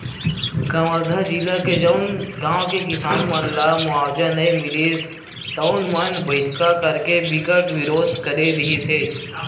कवर्धा जिला के जउन गाँव के किसान मन ल मुवावजा नइ मिलिस तउन मन बइठका करके बिकट बिरोध करे रिहिस हे